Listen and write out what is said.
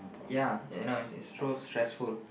ya end up it's so stressful